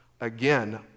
again